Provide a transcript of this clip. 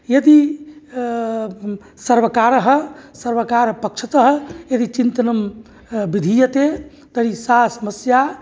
यदि सर्वकारः सर्वकारपक्षतः यदि चिन्तनं विधीयते तर्हि सा समस्या